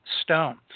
stone